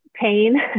pain